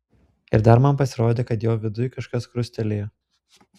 ir dar man pasirodė kad jo viduj kažkas krustelėjo